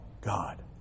God